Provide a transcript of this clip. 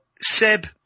Seb